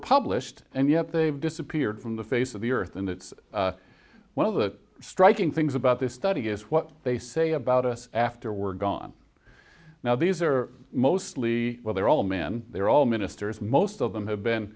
published and yet they've disappeared from the face of the earth and it's one of the striking things about this study is what they say about us after we're gone now these are mostly well they're all men they're all ministers most of them have been